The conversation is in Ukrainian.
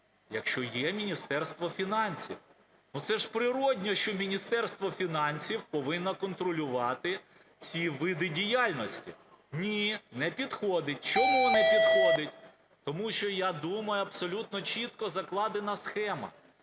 якщо є Міністерство фінансів. Ну це ж природно, що Міністерство фінансів повинно контролювати ці види діяльності. Ні, не підходить. Чому не підходить? Тому що, я думаю, абсолютно чітко закладена схема.